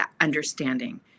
understanding